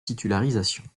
titularisation